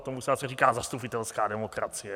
Tomu se zase říká zastupitelská demokracie.